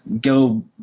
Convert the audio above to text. go